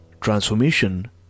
transformation